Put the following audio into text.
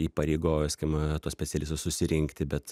įpareigoja skim tuos specialistus susirinkti bet